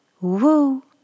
Woo